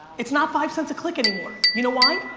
it's not five cents a click anymore, you know why?